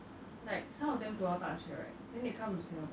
then convince everyone to follow what they are doing so then they